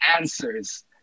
answers